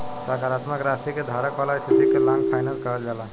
सकारात्मक राशि के धारक वाला स्थिति के लॉन्ग फाइनेंस कहल जाला